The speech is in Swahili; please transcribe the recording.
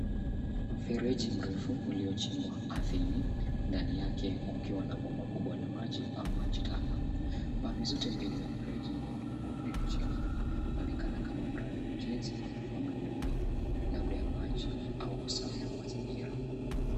Mfereji mrefu uliochimbwa ardhini ndani yake kukiwa na bomba kubwa la maji au maji taka. Pande zote mbili za mfereji ni udongo uliochimbwa. Yaonekana kama mradi wa ujenzi au miundombinu labda ya maji au usafi wa mazingira.